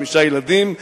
חמישה ילדים.